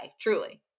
truly